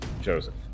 Joseph